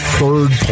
third